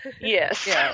Yes